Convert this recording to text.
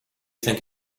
think